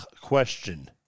question